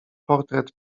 portret